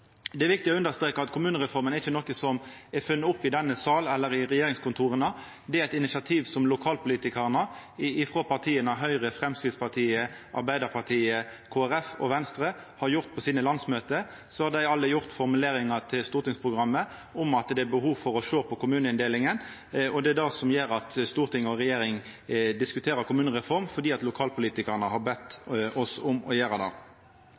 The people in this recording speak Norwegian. Det er viktig å streka under at kommunereforma ikkje er funnen opp i denne salen eller i regjeringskontora. Det er eit initiativ som lokalpolitikarar frå Høgre, Framstegspartiet, Arbeidarpartiet, Kristeleg Folkeparti og Venstre har teke på sine landsmøte, der dei alle har formuleringar til stortingsprogrammet om at det er behov for å sjå på kommuneinndelinga. Det er det som gjer at storting og regjering diskuterer ei kommunereform – fordi lokalpolitikarane har bede oss om å gjera det.